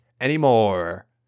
anymore